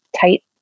tight